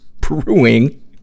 brewing